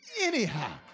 anyhow